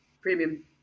Premium